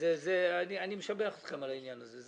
אני משבח אתכם על העניין הזה.